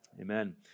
Amen